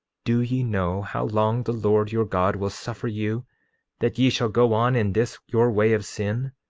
do ye know how long the lord your god will suffer you that ye shall go on in this your way of sin?